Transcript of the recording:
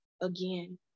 again